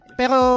pero